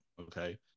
Okay